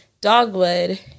Dogwood